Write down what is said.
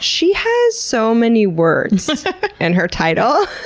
she has so many words in her title.